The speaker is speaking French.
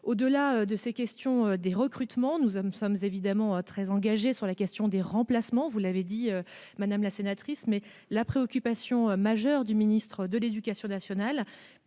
Au-delà du sujet des recrutements, nous sommes évidemment très engagés sur la question des remplacements, vous l'avez évoqué, madame la sénatrice. Cependant, la préoccupation principale du ministre de l'éducation nationale